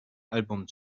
album